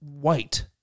white